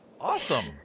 awesome